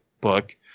book